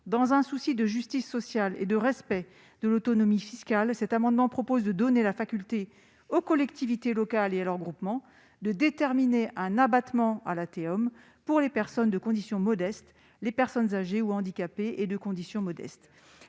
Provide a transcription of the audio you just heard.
dans un souci de justice sociale et de respect de l'autonomie fiscale, cet amendement vise à donner la faculté aux collectivités locales et à leurs groupements de déterminer un abattement à la TEOM pour les personnes de condition modeste, et les personnes âgées ou handicapées et de conditions modestes.